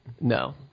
No